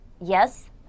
Yes